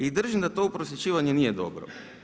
I držim da uprosjećivanje nije dobro.